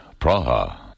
Praha